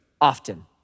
often